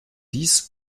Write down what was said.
dix